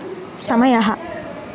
समयः